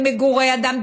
למגורי אדם,